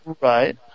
Right